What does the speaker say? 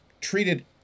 treated